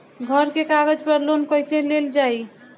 घर के कागज पर लोन कईसे लेल जाई?